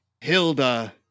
Hilda